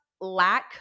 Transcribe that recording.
lack